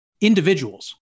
individuals